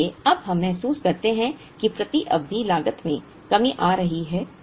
इसलिए अब हम महसूस करते हैं कि प्रति अवधि लागत में कमी आ रही है